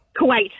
Kuwait